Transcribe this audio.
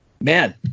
Man